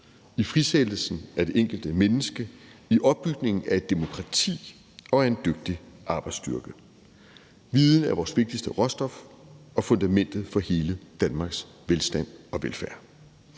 i frisættelsen af det enkelte menneske, i opbygningen af et demokrati og af en dygtig arbejdsstyrke. Viden er vores vigtigste råstof og fundamentet for hele Danmarks velstand og velfærd.